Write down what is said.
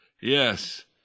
Yes